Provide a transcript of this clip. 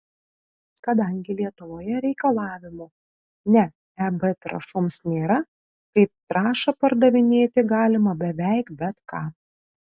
kadangi lietuvoje reikalavimų ne eb trąšoms nėra kaip trąšą pardavinėti galima beveik bet ką